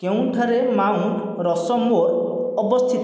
କେଉଁଠାରେ Mount Rushmore ଅବସ୍ଥିତ